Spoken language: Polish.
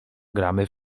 gramy